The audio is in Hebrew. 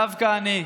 דווקא אני,